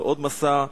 ועוד מסע,